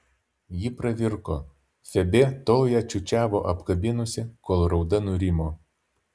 ji pravirko febė tol ją čiūčiavo apkabinusi kol rauda nurimo